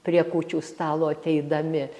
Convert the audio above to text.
prie kūčių stalo ateidami